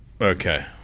okay